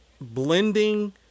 blending